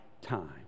time